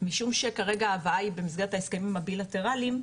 משום שכרגע ההבאה היא במסגרת ההסכמים הבילטרליים,